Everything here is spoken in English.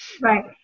Right